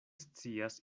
scias